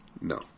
No